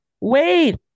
Wait